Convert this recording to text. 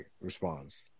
responds